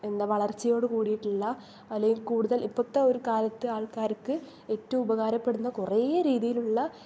എന്ന വളർച്ചയോടുകൂടിയിട്ടുള്ള അല്ലേൽ കൂടുതൽ ഇപ്പത്തെ ഒരു കാലത്ത് ആൾക്കാർക്ക് ഏറ്റവും ഉപകാരപ്പെടുന്ന കുറെ രീതിയിലുള്ള